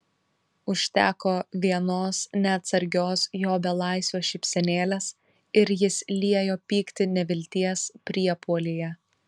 užteko vienos neatsargios jo belaisvio šypsenėlės ir jis liejo pyktį nevilties priepuolyje